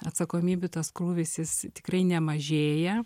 atsakomybių tas krūvis jis tikrai nemažėja